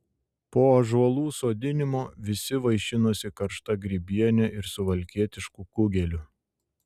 po ąžuolų sodinimo visi vaišinosi karšta grybiene ir suvalkietišku kugeliu